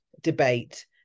debate